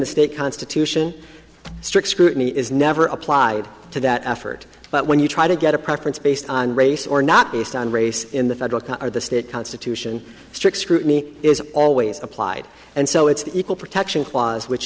the state constitution strict scrutiny is never applied to that effort but when you try to get a preference based on race or not based on race in the federal or the state constitution strict scrutiny is always applied and so it's the equal protection clause which